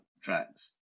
tracks